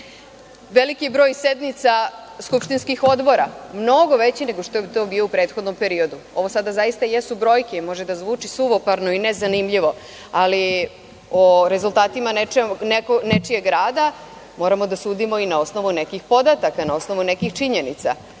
veliki broj sednica skupštinskih odbora, mnogo veći nego što je to bilo u prethodnom periodu. Ovo sada zaista jesu brojke i može da zvuči suvoparno i nezanimljivo, ali o rezultatima nečijeg rada moramo da sudimo i na osnovu nekih podataka, na osnovu nekih činjenica. Značajno